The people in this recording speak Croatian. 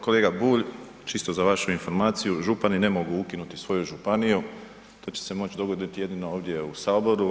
Kolega Bulj, čisto za vašu informacije, župani ne mogu ukinuti svoju županiju, to će se moći dogoditi jedino ovdje u Saboru.